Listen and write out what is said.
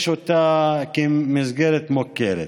יש אותה כמסגרת מוכרת.